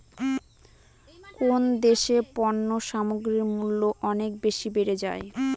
কোন দেশে পণ্য সামগ্রীর মূল্য অনেক বেশি বেড়ে যায়?